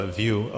view